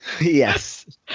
Yes